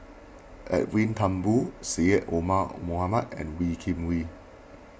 Edwin Thumboo Syed Omar Mohamed and Wee Kim Wee